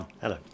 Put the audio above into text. Hello